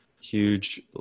huge